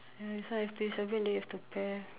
ya that's why have to use your brain then you have to pair